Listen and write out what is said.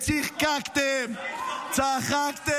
צחקתם, צחקקתם.